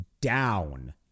down